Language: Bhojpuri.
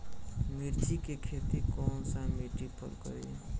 मिर्ची के खेती कौन सा मिट्टी पर करी?